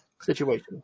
situation